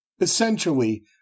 essentially